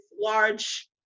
large